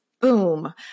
boom